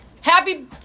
Happy